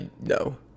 no